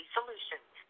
Solutions